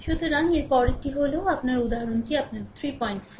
সুতরাং এর পরেরটি হল আপনার উদাহরণটি আপনার 34